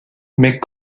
mais